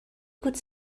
could